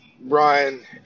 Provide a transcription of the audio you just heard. Brian